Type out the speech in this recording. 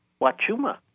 Wachuma